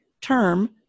term